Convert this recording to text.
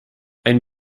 ein